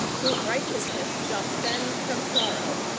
whom righteousness doth fend from sorrow.